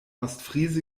ostfriese